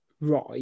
right